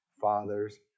fathers